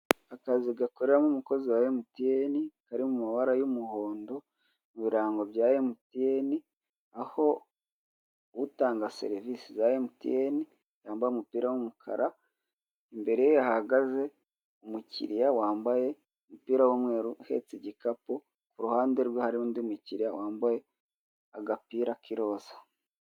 Akazu gakoreramo umukozi wa MTN kari mu mabara y'umuhondo, ibirango bya MTN aho utanga serivise za MTN yambaye umupira w'umukara, imbere hahagaze umukiriya wambaye umupira w'umweru uhetse igikapu, uruhande rwe hari undi mukiriya wambaye agapira k'iroza.